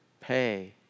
pay